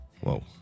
Whoa